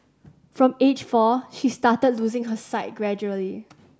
from age four she started losing her sight gradually